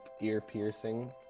ear-piercing